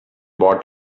bought